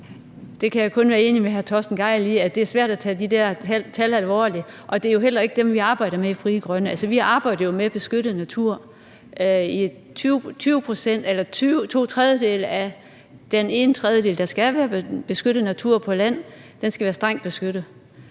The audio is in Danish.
med hr. Torsten Gejl i, altså at det er svært at tage de der tal alvorligt. Og det er jo heller ikke dem, vi arbejder med i Frie Grønne. Altså, vi arbejder jo med beskyttet natur. To tredjedele af den ene tredjedel, der skal være beskyttet natur på land, skal være strengt beskyttet.